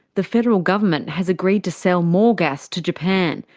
the federal government has agreed to sell more gas to japan,